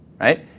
right